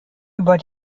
über